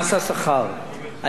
אני רוצה לומר לחברי הכנסת,